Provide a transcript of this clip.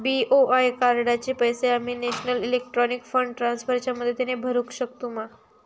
BOI कार्डाचे पैसे आम्ही नेशनल इलेक्ट्रॉनिक फंड ट्रान्स्फर च्या मदतीने भरुक शकतू मा?